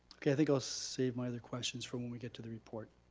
okay, i think i'll save my other questions for when we get to the report.